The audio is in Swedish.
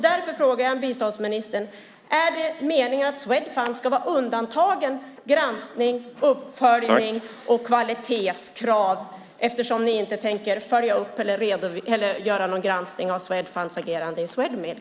Därför frågar jag biståndsministern: Är det meningen att Swedfund ska vara undantagen från granskning, uppföljning och kvalitetskrav? Ni tänker ju inte följa upp eller göra någon granskning av Swedfunds agerande i Swedmilk.